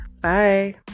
bye